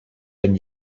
wenn